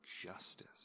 justice